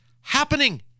happening